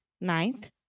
ninth